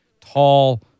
Tall